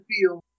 feel